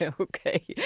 Okay